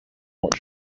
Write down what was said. watch